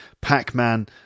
Pac-Man